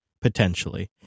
potentially